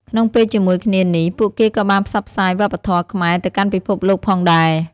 ក្នុងពេលជាមួយគ្នានេះ ពួកគេក៏បានផ្សព្វផ្សាយវប្បធម៌ខ្មែរទៅកាន់ពិភពលោកផងដែរ។